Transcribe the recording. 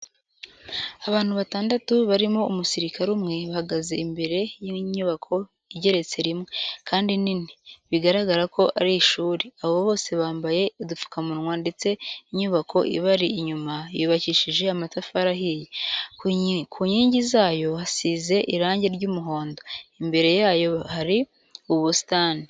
Abantu batandatu barimo umusirikare umwe bahagaze imbere y'inyubako igeretse rimwe, kandi nini bigaragara ko ari ishuri. Abo bose bambaye udupfukamunwa ndetse inyubako ibari inyuma yubakishije amatafari ahiye, ku nkingi zayo hasize irange ry'umuhondo, imbere yayo hari ubusitani.